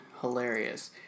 hilarious